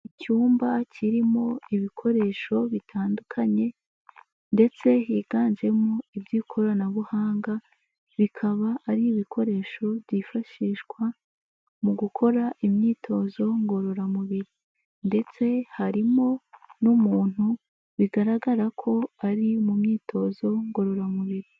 Icyumba kirimo ibikoresho bitandukanye ndetse higanjemo iby'ikoranabuhanga, bikaba ari ibikoresho byifashishwa mu gukora imyitozo ngororamubiri ndetse harimo n'umuntu bigaragara ko ari mu myitozo ngororamubiri.